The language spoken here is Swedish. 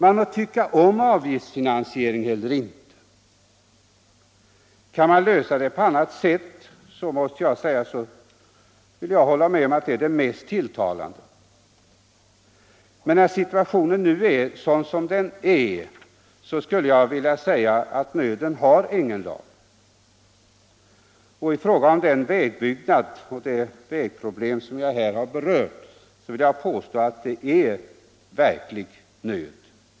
Man må tycka om avgiftsfinansiering eller inte — kan man lösa problemet på annat sätt så vill jag hålla med om att det är det mest tilltalande —- men när situationen nu är sådan som den är så skulle jag vilja säga att nöden har ingen lag. Och i fråga om den vägbyggnad och det vägproblem som jag här har berört vill jag påstå att det är verklig nöd.